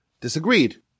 disagreed